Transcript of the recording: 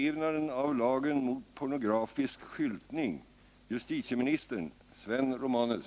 Avser regeringen att vidtaga åtgärd som leder till att bestämmelserna efterlevs?